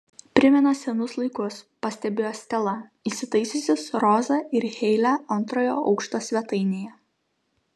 primena senus laikus pastebėjo stela įsitaisiusi su roza ir heile antrojo aukšto svetainėje